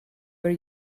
were